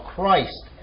Christ